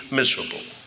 miserable